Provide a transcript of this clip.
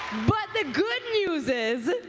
but the good news is,